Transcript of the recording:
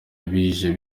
bije